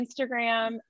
Instagram